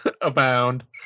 abound